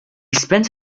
spent